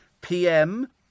PM